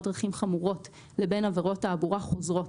דרכים חמורות לבין עבירות תעבורה חוזרות.